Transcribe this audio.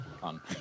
fun